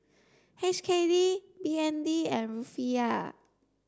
H K D B N D and Rufiyaa